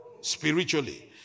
Spiritually